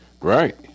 Right